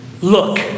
Look